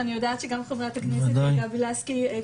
ואני יודעת שגם חברת הכנסת גבי לסקי,